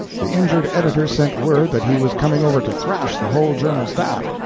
the injured editor sent word that he was coming over to thrash the whole journal staff,